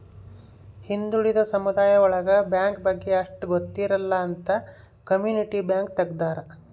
ಹಿಂದುಳಿದ ಸಮುದಾಯ ಒಳಗ ಬ್ಯಾಂಕ್ ಬಗ್ಗೆ ಅಷ್ಟ್ ಗೊತ್ತಿರಲ್ಲ ಅಂತ ಕಮ್ಯುನಿಟಿ ಬ್ಯಾಂಕ್ ತಗ್ದಾರ